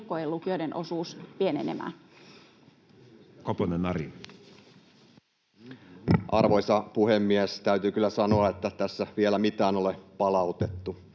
heikkojen lukijoiden osuus pienenemään? Edustaja Koponen, Ari. Arvoisa puhemies! Täytyy kyllä sanoa, että tässä vielä mitään ole palautettu.